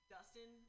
Dustin